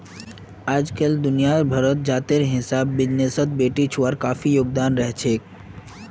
अइजकाल दुनिया भरत जातेर हिसाब बिजनेसत बेटिछुआर काफी योगदान रहछेक